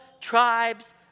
tribes